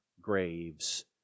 graves